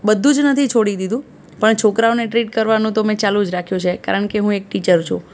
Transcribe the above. બધું જ નથી છોડી દીધું પણ છોકરાઓને ટ્રીટ કરવાનું તો મેં ચાલું જ રાખ્યું છે કારણ કે હું એક ટીચર છું